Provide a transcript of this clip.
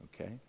Okay